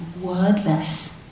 wordless